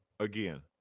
Again